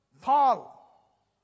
Paul